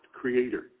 creator